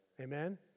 amen